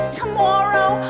tomorrow